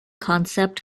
concept